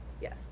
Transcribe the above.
yes